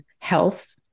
health